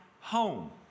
home